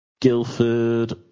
Guildford